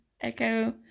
Echo